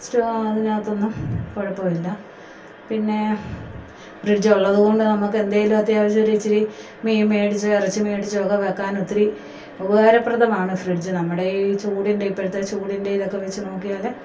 സ്റ്റോ അതിനകത്തൊന്നും കുഴപ്പമില്ല പിന്നെ ഫ്രിഡ്ജൊള്ളത് കൊണ്ട് നമുക്കെന്തേലുവത്യവശ്യം ഒരിച്ചിരി മീൻ മേടിച്ചാൽ ഇറച്ചി മേടിച്ചാൽ ഒക്കെ വെക്കാനൊത്തിരി ഉപകാരപ്രദമാണ് ഫ്രിഡ്ജ്ജ് നമ്മുടെ ഈ ചൂടിന്റെ ഇപ്പോഴത്തെ ചൂടിന്റെ ഇതക്കെ വെച്ച് നോക്കിയാൽ